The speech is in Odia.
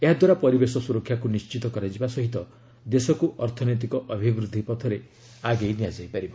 ଏହାଦ୍ୱାରା ପରିବେଶ ସୁରକ୍ଷାକୁ ନିଶ୍ଚିତ କରାଯିବା ସହ ଦେଶକୁ ଅର୍ଥନୈତିକ ଅଭିବୃଦ୍ଧି ପଥରେ ଆଗେଇ ନିଆଯାଇ ପାରିବ